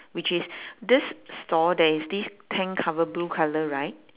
which is this store there is this tent cover blue colour right